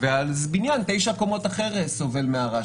אלא אנשים ממגדל אחר בן תשע קומות סובלים מהרעש,